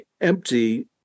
empty